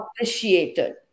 appreciated